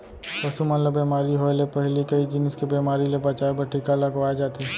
पसु मन ल बेमारी होय ले पहिली कई जिनिस के बेमारी ले बचाए बर टीका लगवाए जाथे